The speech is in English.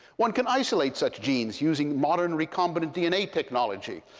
one can isolate such genes using modern recombinant dna technology.